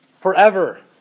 forever